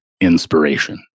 inspiration